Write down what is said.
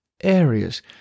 areas